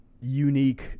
unique